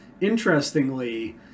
Interestingly